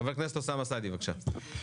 חבר הכנסת אוסאמה סעדי, בבקשה.